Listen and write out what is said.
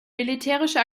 militärische